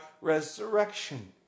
resurrection